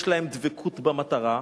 יש להם דבקות במטרה.